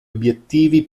obbiettivi